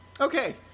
Okay